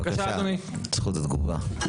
בבקשה, זכות התגובה.